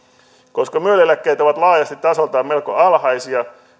koska myel eläkkeet ovat laajasti tasoltaan melko alhaisia